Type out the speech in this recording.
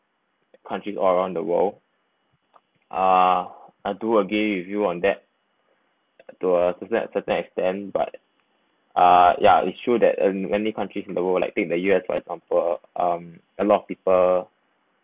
countries around the world uh I do agree with you on that to a certain certain extent but uh ya is true that um many countries in the world like take the years for example um a lot of people